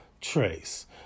Trace